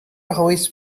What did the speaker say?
arroz